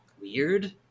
weird